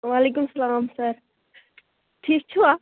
وعلیکم السلام سَر ٹھیٖک چھوا